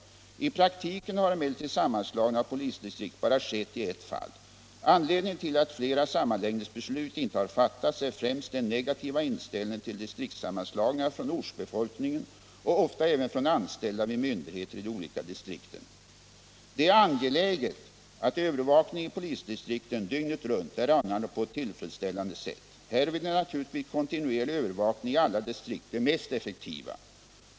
I praktiken har emellertid sammanslagning av polisdistrikt bara skett i ett fall. Anledningen till att flera sammanläggningsbeslut inte har fattats är främst den negativa inställningen till distriktssammanslagningar från ortsbefolkningen och ofta även från anställda vid myndigheter i de olika distrikten. Det är angeläget att övervakningen i polisdistrikten dygnet runt är anordnad på ett tillfredsställande sätt. Härvid är naturligtvis kontinuerlig övervakning i alla distrikt det mest effektiva.